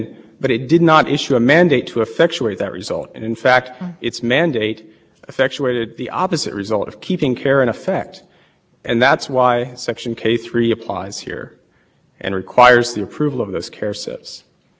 its mandate effectuated the opposite result of keeping care in effect and that's why section k three applies here and requires the approval of this care says if i could move to section